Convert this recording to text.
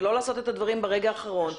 ולא לעשות את הדברים ברגע האחרון.